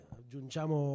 aggiungiamo